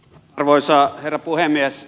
arvoisa herra puhemies